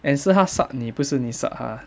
and 是他 suck 你不是你 suck 他